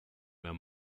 were